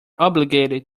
obligated